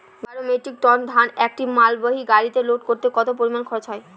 বারো metric ton ধান একটি মালবাহী গাড়িতে লোড করতে কতো পরিমাণ খরচা হয়?